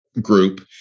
group